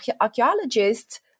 archaeologists